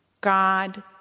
God